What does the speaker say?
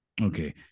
Okay